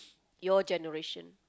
your generation